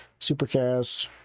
Supercast